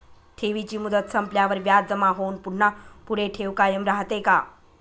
ठेवीची मुदत संपल्यावर व्याज जमा होऊन पुन्हा पुढे ठेव कायम राहते का?